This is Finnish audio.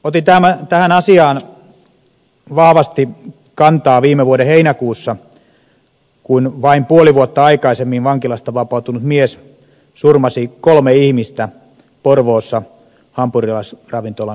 otin tähän asiaan vahvasti kantaa viime vuoden heinäkuussa kun vain puoli vuotta aikaisemmin vankilasta vapautunut mies surmasi kolme ihmistä porvoossa hampurilaisravintolan autokaistalla